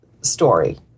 story